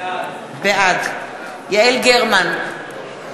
בעד יעל גרמן,